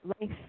life